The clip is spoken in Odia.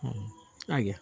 ହଁ ଆଜ୍ଞା